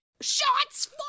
shots